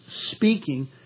speaking